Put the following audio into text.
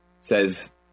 says